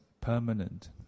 permanent